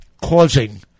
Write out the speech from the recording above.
causing